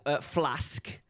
flask